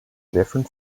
different